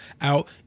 out